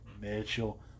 Mitchell